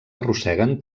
arrosseguen